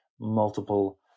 multiple